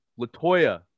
Latoya